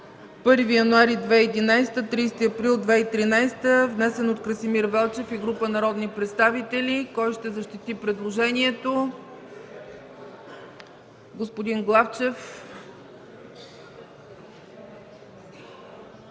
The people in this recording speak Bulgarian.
1 януари 2011 – 30 април 2013 г.”, внесен от Красимир Велчев и група народни представители. Кой ще защити предложението? Господин Главчев.